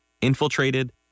infiltrated